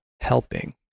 helping